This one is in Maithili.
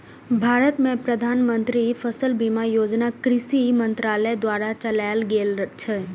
भारत मे प्रधानमंत्री फसल बीमा योजना कृषि मंत्रालय द्वारा चलाएल गेल छै